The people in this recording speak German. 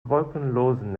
wolkenlosen